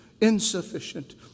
insufficient